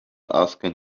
asking